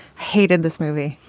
hated this movie.